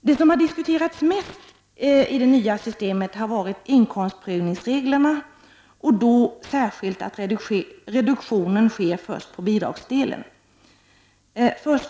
Det som har diskuterats mest i det nya systemet har varit inkomstprövningsreglerna och då särskilt det faktum att reduktionen sker först på bidragsdelen.